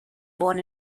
born